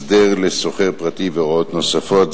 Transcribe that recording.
(הסדר לשוכר פרטי והוראות נוספות),